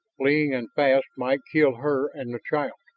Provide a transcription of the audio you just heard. fleeing and fast, might kill her and the child.